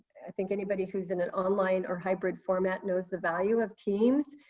think anybody who's in an online or hybrid format knows the value of teams